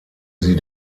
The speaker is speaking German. sie